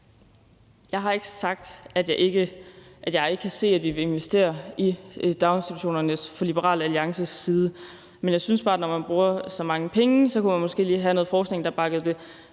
Jeg har ikke sagt, at vi ikke vil investere i daginstitutionerne fra Liberal Alliances side. Men jeg synes bare, at når man bruger så mange penge, kunne man måske lige have noget forskning, der bakkede det